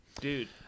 Dude